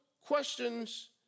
questions